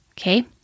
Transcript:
Okay